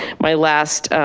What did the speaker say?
my last